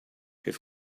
his